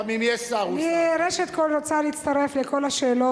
גם אם יש שר, הוא שר.